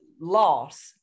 loss